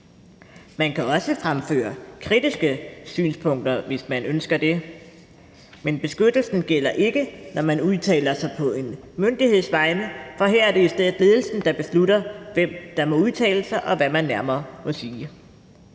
Man kan også fremføre kritiske synspunkter, hvis man ønsker det, men beskyttelsen gælder ikke, når man udtaler sig på en myndigheds vegne. For her er det i stedet ledelsen, der beslutter, hvem der må udtale sig, og hvad man nærmere må sige.